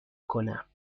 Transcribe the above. کنم